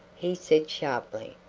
he said sharply,